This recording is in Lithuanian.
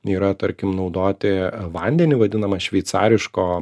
yra tarkim naudoti vandenį vadinama šveicariško